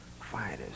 fighters